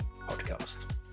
podcast